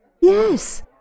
Yes